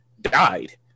died